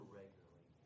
regularly